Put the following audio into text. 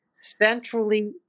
centrally